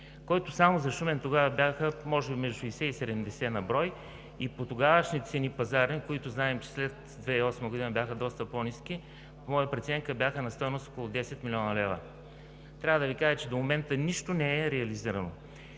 който само за Шумен тогава бяха може би между 60 и 70 на брой и по тогавашни пазарни цени, за които знаем, че след 2008 г. бяха доста по-ниски, по моя преценка бяха на стойност около 10 млн. лв. Трябва да Ви кажа, че до момента нищо не е реализирано.